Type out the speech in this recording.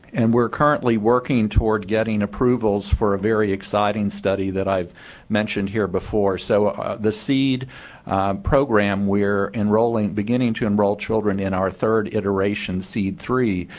and we're currently working toward getting approvals for a very exciting study that i mention here before so the seed program we're enrolling beginning to enroll children in our third iteration seed three,